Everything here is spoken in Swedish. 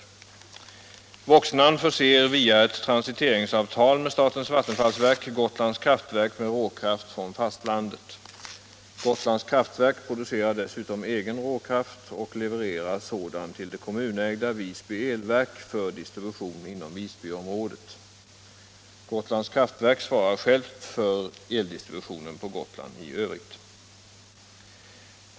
Voxnan förser via ett transiteringsavtal med statens vattenfallsverk Gotlands Kraftverk med råkraft från fastlandet. Gotlands Kraftverk producerar dessutom egen råkraft och levererar sådan till det kommunägda Visby elverk för distribution inom Visbyområdet. Gotlands Kraftverk svarar självt för eldistributionen på Gotland i övrigt.